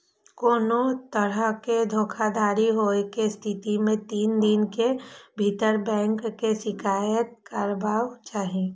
कोनो तरहक धोखाधड़ी होइ के स्थिति मे तीन दिन के भीतर बैंक के शिकायत करबाक चाही